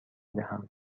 دهم